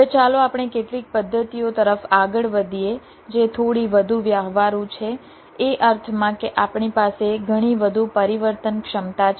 હવે ચાલો આપણે કેટલીક પદ્ધતિઓ તરફ આગળ વધીએ જે થોડી વધુ વ્યવહારુ છે એ અર્થમાં કે આપણી પાસે ઘણી વધુ પરિવર્તનક્ષમતા છે